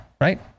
right